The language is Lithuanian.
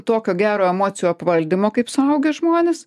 tokio gero emocijų apvaldymo kaip suaugę žmonės